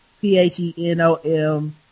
P-H-E-N-O-M